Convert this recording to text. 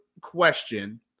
question